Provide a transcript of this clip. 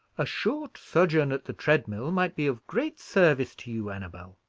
a short sojourn at the tread-mill might be of great service to you, annabel.